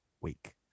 week